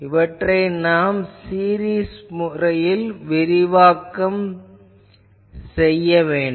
இவற்றை நாம் சீரிஸ் முறையில் விரிவாக்கம் செய்ய வேண்டும்